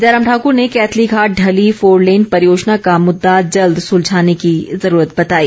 जयराम ठाकुर ने कैथलीघाट ढली फोरलेन परियोजना का मुद्दा जल्द सुलझाने की जरूरत बताई